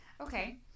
okay